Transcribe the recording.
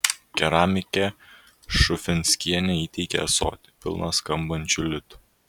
keramikė šufinskienė įteikė ąsotį pilną skambančių litų